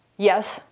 yes,